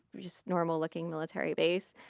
just normal looking military base.